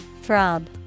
Throb